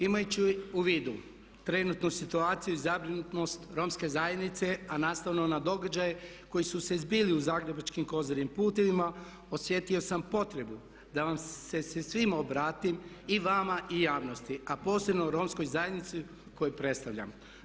Imajući u vidu trenutnu situaciju i zabrinutost Romske zajednice a nastavno na događaje koji su se zbili u zagrebačkim Kozarim putevima osjetio sam potrebu da vam se svima obratim i vama i javnosti a posebno romskoj zajednici koju predstavljam.